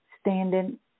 standing